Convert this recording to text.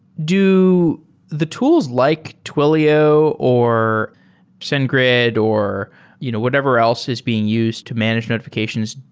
do the tools like twilio or sendgrid or you know whatever else is being used to manage notifi cations?